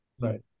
Right